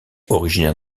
originaire